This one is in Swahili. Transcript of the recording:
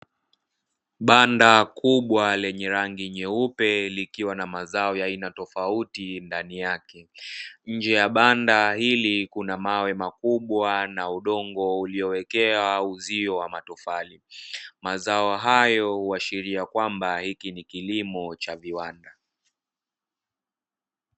Banda kubwa lenye rangi nyeupe likiwa na mazao ya aina tofauti ndani yake. Nje ya banda hili kuna mawe makubwa na udongo uliowekewa uzio wa matofali. Mazao hayo huashiria kwamba hiki ni kilimo cha viwanda.